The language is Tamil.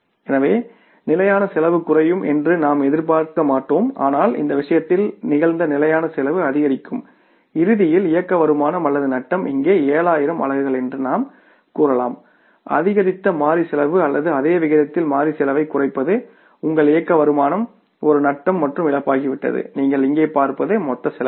எனவே நிலையான செலவு குறையும் என்று நாம் எதிர்பார்க்க மாட்டோம் ஆனால் இந்த விஷயத்தில் நிகழ்ந்த நிலையான செலவு அதிகரிக்கும் இறுதியில் இயக்க வருமானம் அல்லது நட்டம் இங்கே 7000 அலகுகள் என்று கூறலாம் அதிகரித்த மாறி செலவு அல்லது அதே விகிதத்தில் மாறி செலவைக் குறைப்பது உங்கள் இயக்க வருமானம் ஒரு நட்டம் மற்றும் இழப்பாகிவிட்டது நீங்கள் இங்கே பார்ப்பது மொத்த செலவுகள்